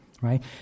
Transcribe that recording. right